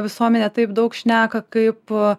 visuomenė taip daug šneka kaip